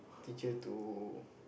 teacher to